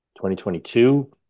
2022